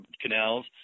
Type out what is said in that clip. canals